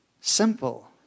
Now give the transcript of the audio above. Simple